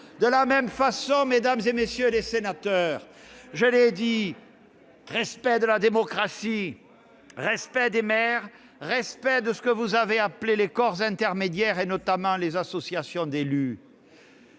De la même façon, mesdames, messieurs les sénateurs, nous respectons la démocratie, les maires et ce que vous avez appelé « les corps intermédiaires », notamment les associations d'élus.